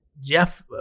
Jeff